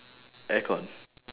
aircon